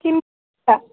কিন্তু